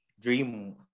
Dream